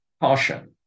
caution